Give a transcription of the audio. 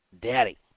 daddy